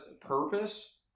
purpose